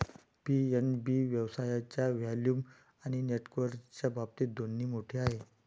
PNB व्यवसायाच्या volume आणि नेटवर्कच्या बाबतीत दोन्ही मोठे आहे